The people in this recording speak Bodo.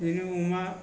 बिदिनो अमा